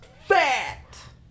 fat